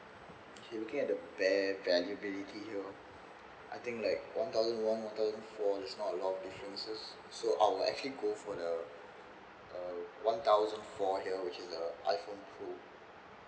okay looking at the here I think like one thousand one one thousand four that's not a lot of differences so I'll actually go for the uh one thousand four here which is the iphone pro